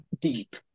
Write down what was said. deep